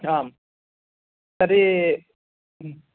आं तर्हि